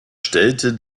stellte